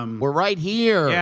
um we're right here. yeah